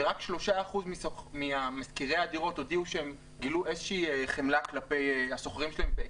ורק 3% ממשכירי הדירות הודיעו שהם גילו איזושהי חמלה כלפי השוכרים שלהם,